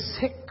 sick